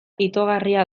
itogarria